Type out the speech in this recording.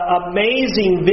amazing